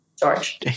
George